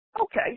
okay